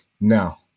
now